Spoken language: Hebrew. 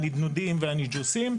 הנדנודים והניג'וסים,